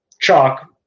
chalk